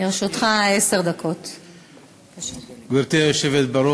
להכנה לקריאה שנייה ושלישית.